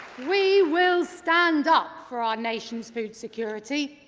we will stand up for our nation's food security,